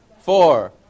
four